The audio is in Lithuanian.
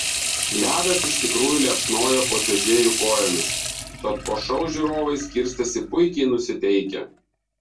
ledas iš tikrųjų liepsnojo po čiuožėjų kojomis tad po šou žiūrovai skirstėsi puikiai nusiteikę